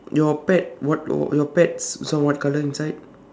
your pet what your pets what color inside